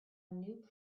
new